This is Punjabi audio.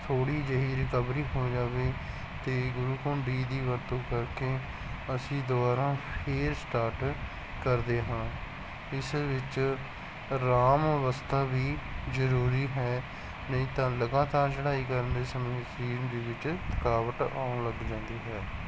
ਥੋੜ੍ਹੀ ਜਿਹੀ ਰਿਕਵਰੀ ਹੋ ਜਾਵੇ ਅਤੇ ਗੁਲੋਕੋਂਡੀ ਦੀ ਵਰਤੋਂ ਕਰਕੇ ਅਸੀਂ ਦੁਬਾਰਾ ਫਿਰ ਸਟਾਰਟ ਕਰਦੇ ਹਾਂ ਇਸ ਵਿੱਚ ਅਰਾਮ ਅਵਸਥਾ ਵੀ ਜ਼ਰੂਰੀ ਹੈ ਨਹੀਂ ਤਾਂ ਲਗਾਤਾਰ ਚੜ੍ਹਾਈ ਕਰਨ ਦੇ ਸਮੇਂ ਸਰੀਰ ਦੇ ਵਿੱਚ ਥਕਾਵਟ ਆਉਣ ਲੱਗ ਜਾਂਦੀ ਹੈ